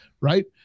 right